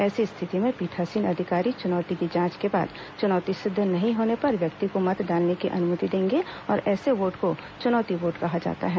ऐसी स्थिति में पीठासीन अधिकारी चुनौती की जांच के बाद चुनौती सिद्ध नहीं होने पर व्यक्ति को मत डालने की अनुमति देंगे और ऐसे वोट को चुनौती वोट कहा जाता है